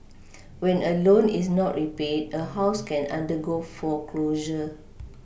when a loan is not repaid a house can undergo foreclosure